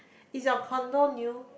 is your condo new